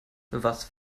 was